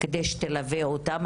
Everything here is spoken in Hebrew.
כדי שתלווה אותן.